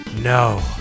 No